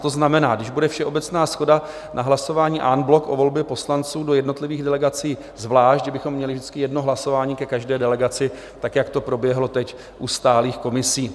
To znamená, že když bude všeobecná shoda na hlasování en bloc o volbě poslanců do jednotlivých delegací zvlášť, že bychom měli vždycky jedno hlasování ke každé delegaci tak, jak to proběhlo teď u stálých komisí.